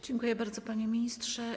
Dziękuję bardzo, panie ministrze.